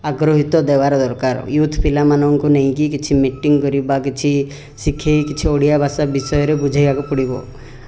ଆଗ୍ରହିତ ଦେବାର ଦରକାର ୟୁଥ୍ ପିଲାମାନଙ୍କୁ ନେଇକି କିଛି ମିଟିଙ୍ଗ୍ କରି ବା କିଛି ଶିଖେଇ କିଛି ଓଡ଼ିଆ ଭାଷା ବିଷୟରେ ବୁଝେଇବାକୁ ପଡ଼ିବ